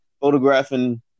photographing